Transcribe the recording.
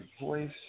voice